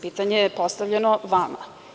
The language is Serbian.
Pitanje je postavljeno vama.